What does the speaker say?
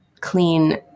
clean